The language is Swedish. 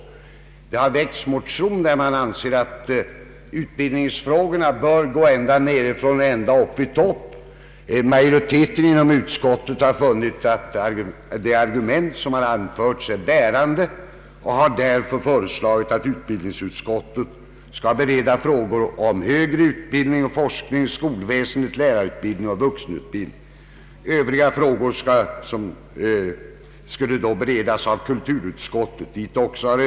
Motioner har väckts, i vilka krävs att utbildningsfrågorna nerifrån och ända upp i toppen bör handläggas av samma utskott. Utskottsmajoriteten har funnit att de argument härför som anförts är bärande och har därför föreslagit att utbildningsutskottet skall bereda frågor om högre utbildning, forskning, skolväsendet, = lärarutbildningen och vuxenutbildningen. Övriga frågor skall beredas av kulturutskottet, dit — i mot .